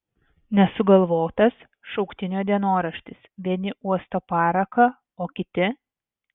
nesugalvotas šauktinio dienoraštis vieni uosto paraką o kiti